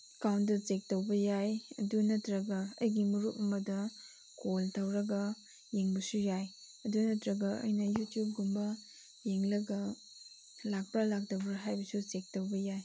ꯑꯦꯛꯀꯥꯎꯟꯗ ꯆꯦꯛ ꯇꯧꯕ ꯌꯥꯏ ꯑꯗꯨ ꯅꯠꯇ꯭ꯔꯒ ꯑꯩꯒꯤ ꯃꯔꯨꯞ ꯑꯃꯗ ꯀꯣꯜ ꯇꯧꯔꯒ ꯌꯦꯡꯕꯁꯨ ꯌꯥꯏ ꯑꯗꯨ ꯅꯠꯇ꯭ꯔꯒ ꯑꯩꯅ ꯌꯨꯇꯨꯞ ꯀꯨꯝꯕ ꯌꯦꯡꯂꯒ ꯂꯥꯛꯄ꯭ꯔꯥ ꯂꯥꯛꯇꯕ꯭ꯔꯥ ꯍꯥꯏꯕꯁꯨ ꯆꯦꯛ ꯇꯧꯕ ꯌꯥꯏ